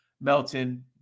Melton